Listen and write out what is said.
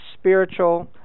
spiritual